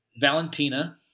Valentina